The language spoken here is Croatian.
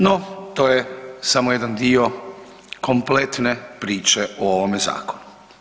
No, to je samo jedan dio kompletne priče o ovome zakonu.